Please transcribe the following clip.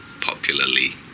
popularly